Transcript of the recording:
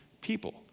people